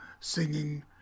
singing